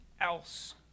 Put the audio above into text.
else